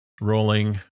Rolling